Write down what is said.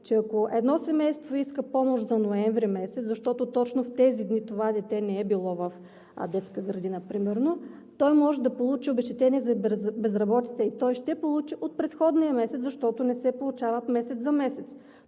че ако едно семейство иска помощ за ноември месец, защото точно в тези дни това дете не е било в детска градина примерно, то може да получи обезщетение за безработица и ще получи от предходния месец, защото не се получават месец за месец.